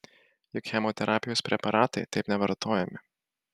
juk chemoterapijos preparatai taip nevartojami